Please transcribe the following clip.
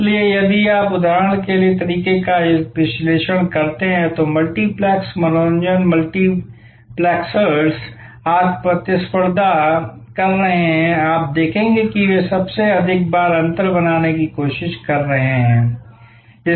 इसलिए यदि आप उदाहरण के लिए तरीके का विश्लेषण करते हैं तो मल्टीप्लेक्स मनोरंजन मल्टीप्लेक्सर्स आज प्रतिस्पर्धा कर रहे हैं आप देखेंगे कि वे सबसे अधिक बार अंतर बनाने की कोशिश कर रहे हैं